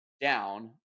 down